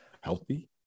healthy